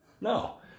no